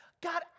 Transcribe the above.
God